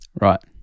Right